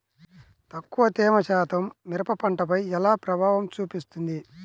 తక్కువ తేమ శాతం మిరప పంటపై ఎలా ప్రభావం చూపిస్తుంది?